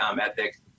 ethic